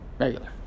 Regular